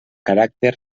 caràcter